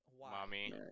Mommy